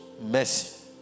Mercy